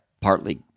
partly